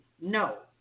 No